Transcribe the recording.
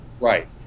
Right